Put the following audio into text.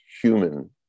human